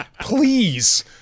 please